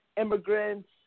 immigrants